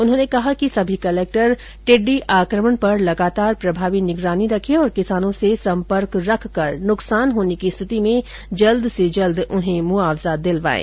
उन्होंने कहा कि समी कलेक्टर टिड्डी आक्रमण पर लगातार प्रभावी निगरानी रखें और किसानों से सम्पर्क रखकर नुकसान होने की स्थिति में जल्द से जल्द उन्हें मुकाबजा दिलवाएं